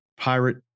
Pirate